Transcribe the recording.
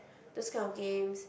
those kind of games